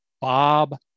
Bob